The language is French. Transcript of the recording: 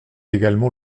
également